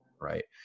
Right